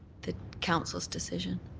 the council's decision.